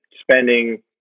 spending